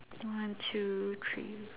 one two three